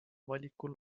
valikul